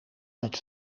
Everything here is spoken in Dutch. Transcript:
met